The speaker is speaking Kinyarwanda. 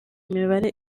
imibare